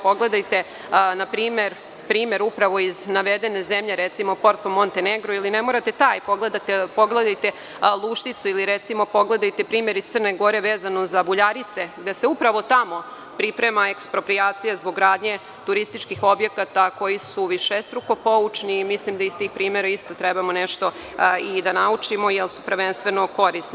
Pogledajte, na primer, upravo iz navedene zemlje, recimo, Porto Montenegro ili ne morate taj, pogledajte Lušticu ili pogledajte primer iz Crne Gore vezano za Buljarice, gde se tamo priprema eksproprijacija zbog gradnje turističkih objekata, koji su višestruko poučni i mislim da iz tih primera moramo nešto da naučimo, jer su prvenstveno korisni.